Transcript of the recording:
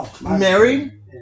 married